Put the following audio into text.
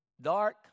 Dark